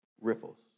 Ripples